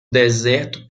deserto